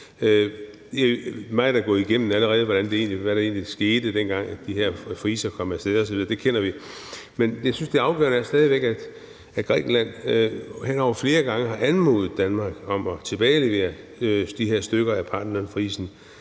Meget er allerede blevet gennemgået om, hvad der egentlig skete, dengang de her friser kom af sted osv., og det kender vi, men jeg synes, at det afgørende stadig væk er, at Grækenland flere gange har anmodet Danmark om at tilbagelevere de her stykker af Parthenonfrisen,